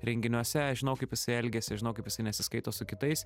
renginiuose žinau kaip jisai elgiasi žinau kaip jisai nesiskaito su kitais